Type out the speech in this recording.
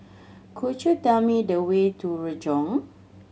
could you tell me the way to Renjong